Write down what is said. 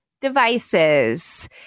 devices